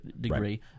degree